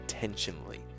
Intentionally